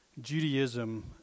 Judaism